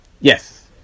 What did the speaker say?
yes